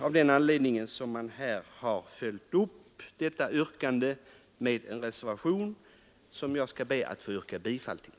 Av den anledningen har man följt upp motionsyrkandet med en reservation, som jag ber att få yrka bifall till.